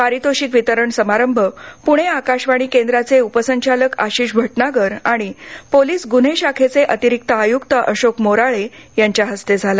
पारितोषिक वितरण समारंभ पुणे आकाशवाणी केंद्राचे उपसंचालक आशिष भटनागर आणि पोलीस गुन्हे शाखेचे अतिरिक्त आयुक्त अशोक मोराळे यांच्या हस्ते झाला